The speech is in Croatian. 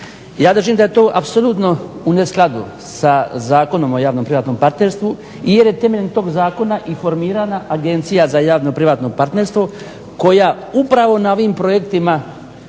Ja držim da je to apsolutno u neskladu sa Zakonom o javnom privatnom partnerstvu jer je temeljem tog zakona i formirana Agencija za javno privatno partnerstvo koja upravo na ovim projektima